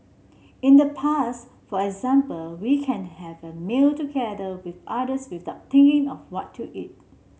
in the past for example we can have a meal together with others with of what to eat